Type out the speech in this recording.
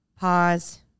Pause